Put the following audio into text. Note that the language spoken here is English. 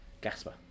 Gasper